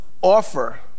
offer